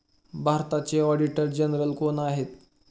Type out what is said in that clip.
भारताचे auditor general कोण आहेत?